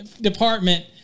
department